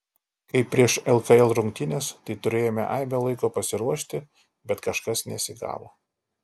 kaip prieš lkl rungtynes tai turėjome aibę laiko pasiruošti bet kažkas nesigavo